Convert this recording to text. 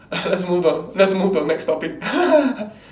let's move on let's move to the next topic